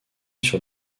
sur